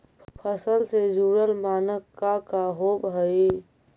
फसल से जुड़ल मानक का का होव हइ?